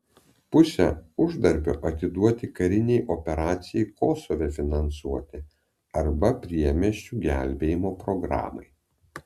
pusę uždarbio atiduoti karinei operacijai kosove finansuoti arba priemiesčių gelbėjimo programai